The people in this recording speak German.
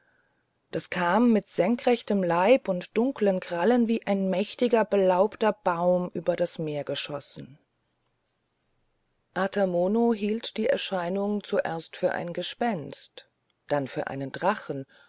das kam mit senkrechtem leib und dunkeln krallen wie ein mächtiger belaubter baum über das meer geschossen ata mono hielt die erscheinung zuerst für ein gespenst dann für einen drachen